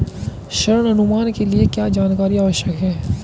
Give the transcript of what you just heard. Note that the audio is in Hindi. ऋण अनुमान के लिए क्या जानकारी आवश्यक है?